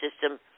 system